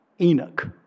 Enoch